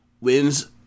wins